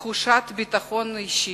מתחושת ביטחון אישי,